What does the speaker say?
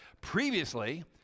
previously